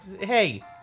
Hey